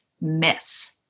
miss